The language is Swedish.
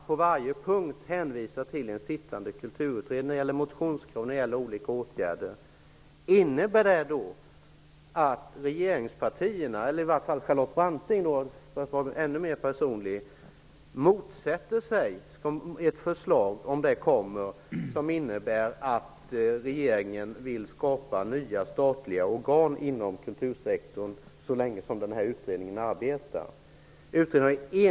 På varje punkt hänvisas det till sittande kulturutredning eller till motionskrav beträffande olika åtgärder. Min fråga till Charlotte Branting blir därför: Betyder detta att Charlotte Branting så länge utredningen arbetar kommer att motsätta sig ett eventuellt förslag som innebär att regeringen vill skapa nya statliga organ inom kultursektorn? Utredningen är mycket enhällig och mycket kategorisk.